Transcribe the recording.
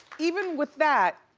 even with that,